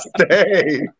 stay